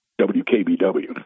WKBW